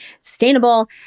Sustainable